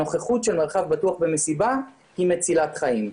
הנוכחות של מרחב בטוח במסיבה היא מצילת חיים.